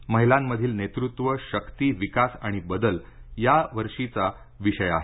महिलांमधील नेतृत्व शक्ती विकास आणि बदल हा यावर्षीचा विषय आहे